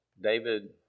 David